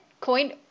Coin